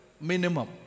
Minimum